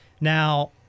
Now